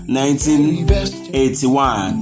1981